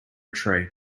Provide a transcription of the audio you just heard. tree